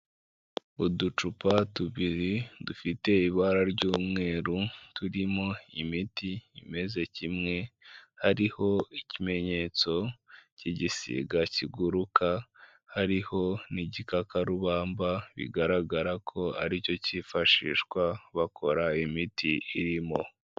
Uducupa tubiri dufite ibara ry'umweru turimo imiti imeze kimwe hariho ikimenyetso cy'igisiga kiguruka hariho n'igikakarubamba bigaragara ko aricyo cyifashishwa bakora imiti irimo.